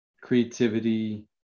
creativity